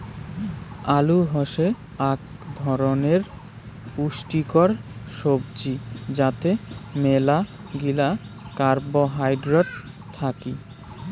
আলু হসে আক ধরণের পুষ্টিকর সবজি যাতে মেলাগিলা কার্বোহাইড্রেট থাকি